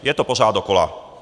Je to pořád dokola.